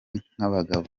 nk’abagabo